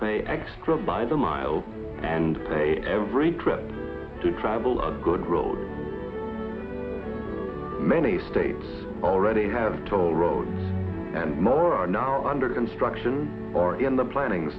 pay extra by the mile and a every trip to travel a good road many states already have toll roads and more are now under construction or in the planning